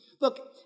Look